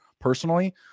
personally